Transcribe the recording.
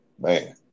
man